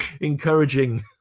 encouraging